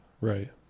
right